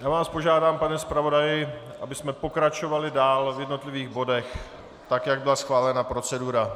Já vás požádám, pane zpravodaji, abychom pokračovali dál v jednotlivých bodech tak, jak byla schválena procedura.